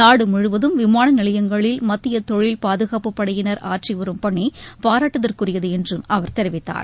நாடு முழுவதும் விமான நிலையங்களில் மத்திய தொழில் பாதுகள்பபுப் படையினர் ஆற்றி வரும் பணி பாராட்டுக்குரியது என்றும் அவர் தெரிவித்தார்